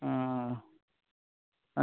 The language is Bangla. হুম আচ্ছা